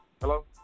hello